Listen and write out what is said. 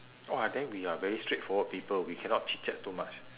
oh ah then we are very straightforward people we cannot chitchat too much